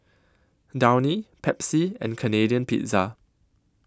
Downy Pepsi and Canadian Pizza